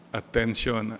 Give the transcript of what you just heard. attention